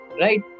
Right